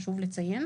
חשוב לציין,